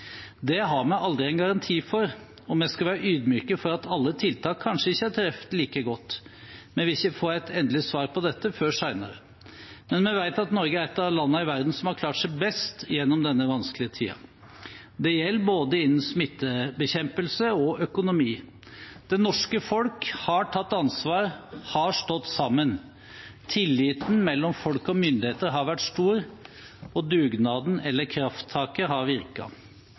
Det har vi aldri en garanti for, og vi skal være ydmyke for at alle tiltak kanskje ikke har truffet like godt. Vi vil ikke få et endelig svar på dette før senere, men vi vet at Norge er et av landene i verden som har klart seg best gjennom denne vanskelige tiden. Det gjelder både innen smittebekjempelse og økonomi. Det norske folk har tatt ansvar og har stått sammen. Tilliten mellom folk og myndigheter har vært stor. Dugnaden – eller krafttaket – har